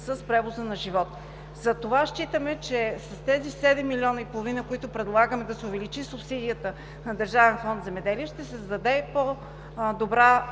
с превоза на животни. Затова считаме, че с тези 7 милиона и половина, с които предлагаме да се увеличи субсидията на Държавен фонд „Земеделие“, ще се създаде по-добра